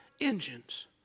engines